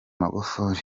magufuli